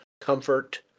comfort